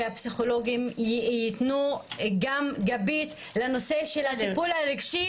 שהפסיכולוגים יתנו רוח גבית לנושא של הטיפול הרגשי